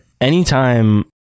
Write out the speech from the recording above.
anytime